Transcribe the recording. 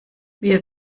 wir